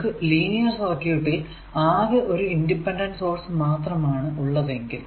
നമുക്ക് ലീനിയർ സർക്യൂട്ടിൽ ആകെ ഒരു ഇൻഡിപെൻഡന്റ് സോഴ്സ് മാത്രമാണ് ഉള്ളതെങ്കിൽ